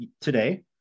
today